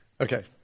Okay